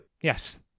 yes